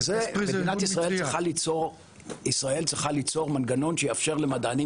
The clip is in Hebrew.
מדינת ישראל צריכה ליצור מנגנון שיאפשר למדענים